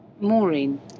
Maureen